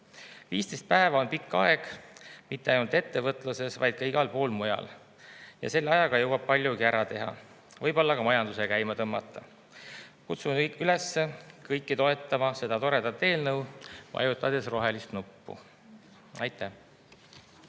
15 päeva on pikk aeg mitte ainult ettevõtluses, vaid ka igal pool mujal, ja selle ajaga jõuab paljugi ära teha, võib-olla ka majanduse käima tõmmata. Kutsun üles kõiki toetama seda toredat eelnõu, vajutades rohelist nuppu. Aitäh!